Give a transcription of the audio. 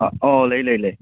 ꯑꯥ ꯑꯣ ꯂꯩ ꯂꯩ ꯂꯩ